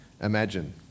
imagine